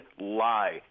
lie